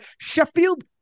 Sheffield